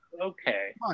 Okay